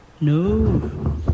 No